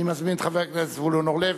אני מזמין את חבר הכנסת זבולון אורלב.